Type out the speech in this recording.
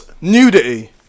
nudity